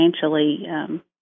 financially